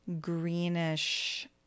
greenish